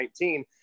2019